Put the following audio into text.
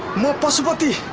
me pashupati?